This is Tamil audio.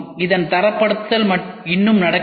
இதன் தரப்படுத்தல் இன்னும் நடக்கவில்லை